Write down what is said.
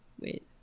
wait